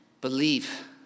believe